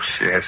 Yes